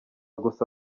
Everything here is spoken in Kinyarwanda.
gusa